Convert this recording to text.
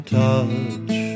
touch